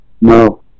No